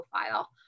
profile